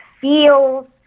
feels